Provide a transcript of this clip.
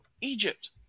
egypt